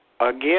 Again